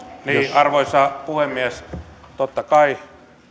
arvoisa puhemies totta kai